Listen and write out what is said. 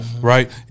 right